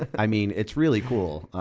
i mean it's really cool.